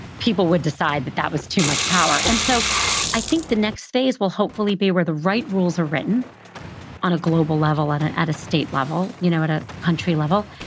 people would decide that that was too much power. and so i think the next phase will hopefully be where the right rules are written on a global level and at at a state level, you know, at a country level,